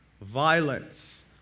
violence